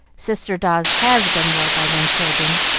sister dawes has done well by them children,